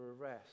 arrest